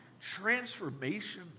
transformation